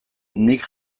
nik